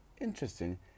interesting